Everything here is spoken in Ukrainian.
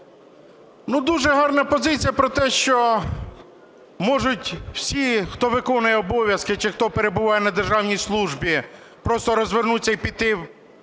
дуже гарна позиція про те, що можуть всі, хто виконує обов'язки чи хто перебуває на державній службі, просто розвернутися і піти